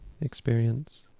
experience